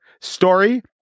story